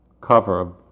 cover